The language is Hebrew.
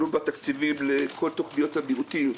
כלולים בה תקציבים לכל תוכניות המיעוטים,